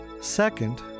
Second